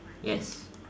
yes